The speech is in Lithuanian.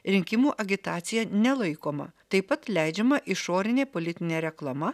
rinkimų agitacija nelaikoma taip pat leidžiama išorinė politinė reklama